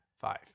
Five